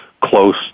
close